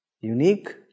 Unique